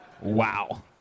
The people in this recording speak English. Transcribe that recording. Wow